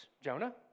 Jonah